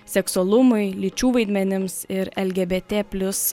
seksualumui lyčių vaidmenims ir lgbt plius